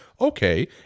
Okay